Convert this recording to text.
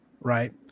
right